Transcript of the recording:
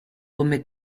come